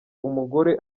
umugore